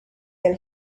than